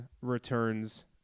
returns